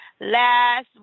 last